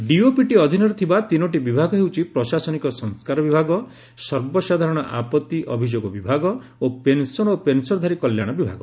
DOPT ଅଧୀନରେ ଥିବା ତିନୋଟି ବିଭାଗ ହେଉଛି ପ୍ରଶାସନିକ ସଂସ୍କାର ବିଭାଗ ସର୍ବସାଧାରଣ ଆପତ୍ତି ଅଭିଯୋଗ ବିଭାଗ ଓ ପେନସନ ଓ ପେନସନଧାରୀ କଲ୍ୟାଣ ବିଭାଗ